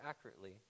accurately